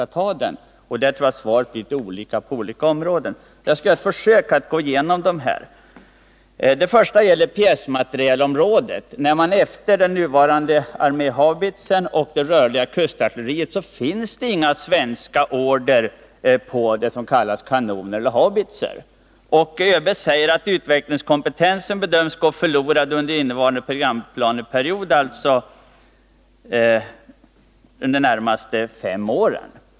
Jag tror att behovet av egen kompetens varierar från område till område. Låt mig först ta pjäsmaterielområdet. Efter den nuvarande arméhaubitsen och pjäserna för det rörliga kustartilleriet har vi inga order på kanoner eller haubitser. ÖB säger att utvecklingskompetensen på det här området bedöms gå förlorad under innevarande programplaneperiod, alltså inom de närmaste fem åren.